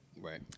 Right